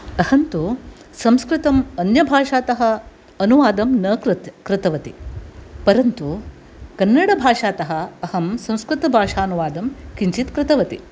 अहं तु संस्कृतम् अन्यभाषातः अनुवादं न कृत् कृतवती परन्तु कन्नडभाषातः अहं संस्कृतभाषानुवादं किञ्चित् कृतवती